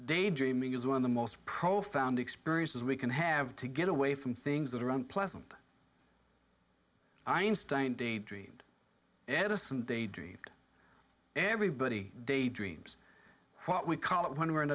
daydreaming is one of the most profound experiences we can have to get away from things that are around pleasant einstein daydream edison daydream everybody daydreams what we call it when we're